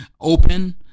open